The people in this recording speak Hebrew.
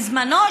בזמנו,